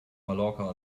mallorca